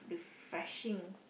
refreshing